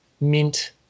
mint